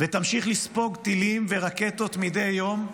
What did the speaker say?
ותמשיך לספוג טילים ורקטות מדי יום,